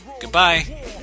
goodbye